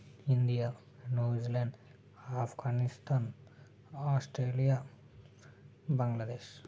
India New Zealand Afghanistan Australia Bangladesh